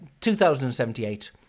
2078